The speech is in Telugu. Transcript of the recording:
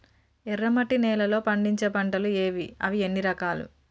ఎర్రమట్టి నేలలో పండించే పంటలు ఏవి? అవి ఎన్ని రకాలు?